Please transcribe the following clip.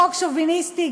חוק שוביניסטי,